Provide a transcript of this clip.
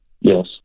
Yes